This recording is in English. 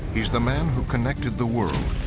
he's the man who connected the world.